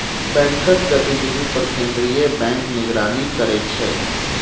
बैंकक गतिविधि पर केंद्रीय बैंक निगरानी करै छै